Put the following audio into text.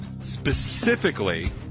specifically